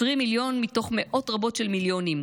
20 מיליון מתוך מאות רבות של מיליונים.